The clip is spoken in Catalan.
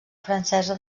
francesa